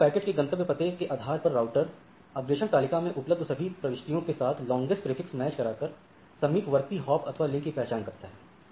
इस तरह पैकेट के गंतव्य पते के आधार पर राउटर अग्रेषण तालिका में उपलब्ध सभी प्रविष्टियों के साथ लांगेस्ट प्रीफिक्स मैच करा कर समीपवर्ती हॉप अथवा लिंक की पहचान करता है